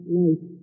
life